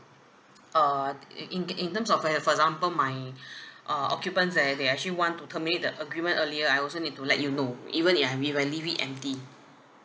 uh in in in in in in terms of okay for example my uh occupants they they actually want to terminate the agreement earlier I also need to let you know even if I'll we will leave it empty